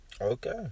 Okay